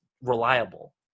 reliable